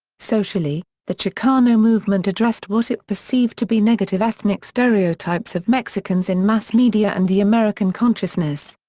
socially, the chicano movement addressed what it perceived to be negative ethnic stereotypes of mexicans in mass media and the american consciousness.